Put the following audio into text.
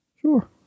Sure